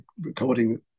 recording